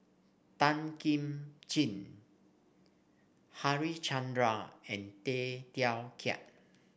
Tan Kim Ching Harichandra and Tay Teow Kiat